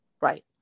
Right